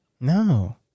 No